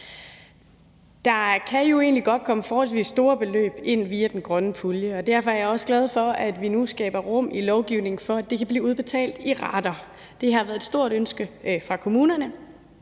Der kan jo egentlig godt komme forholdsvis store beløb ind via den grønne pulje, og derfor er jeg også glad for, at vi nu skaber rum i lovgivningen for, at de kan blive udbetalt i rater – det har været et stort ønske fra kommunerne